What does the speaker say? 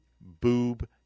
boob